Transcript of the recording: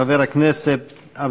חבר הכנסת יוסי יונה,